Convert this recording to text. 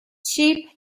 cheap